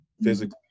physically